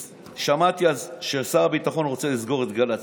שמעתי ששר הביטחון רוצה לסגור את גל"צ.